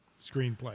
screenplay